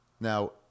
Now